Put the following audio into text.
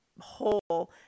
whole